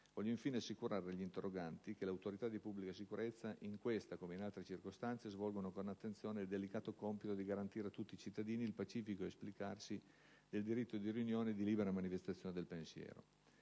Voglio infine assicurare agli interroganti che le autorità di pubblica sicurezza, in questa come in altre circostanze, svolgono con attenzione il delicato compito di garantire a tutti i cittadini il pacifico esplicarsi del diritto di riunione e di libera manifestazione del pensiero.